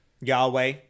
Yahweh